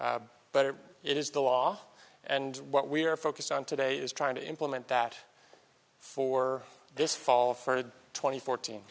but it is the law and what we are focused on today is trying to implement that for this fall for twenty fourteen